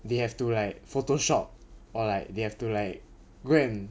they have to like photoshop or like they have to like go and